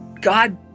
God